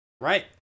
Right